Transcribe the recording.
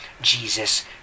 Jesus